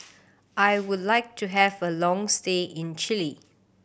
I would like to have a long stay in Chile